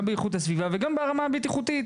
גם מבחינת איכות הסביבה וגם ברמה הבטיחותית.